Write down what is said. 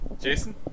Jason